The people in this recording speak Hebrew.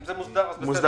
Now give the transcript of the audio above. אם זה מוסדר אז בסדר.